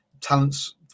talent's